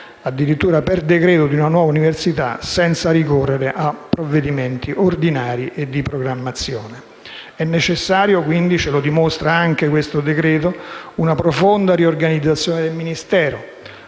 addirittura per decreto-legge, di una nuova università, senza ricorrere a provvedimenti ordinari e di programmazione. È necessaria - come dimostra anche questo decreto-legge - una profonda riorganizzazione del Ministero,